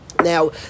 Now